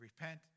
repent